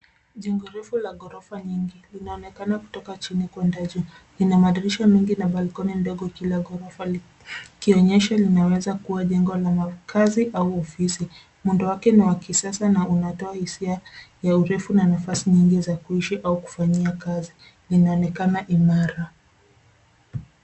Jengo refu la ghorofa nyingi linaonekana kutoka chini kwenda juu. Lina madirisha mengi na balcony ndogo kila ghorofa likionyesha linaweza kuwa jengo ni la kazi au ofisi. Muundo wake ni wa kisasa na linatoa hisia ya urefu na nafasi nyingi za kuishi au kufanyia kazi linaonekana imara.